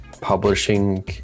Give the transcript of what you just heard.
publishing